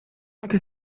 porque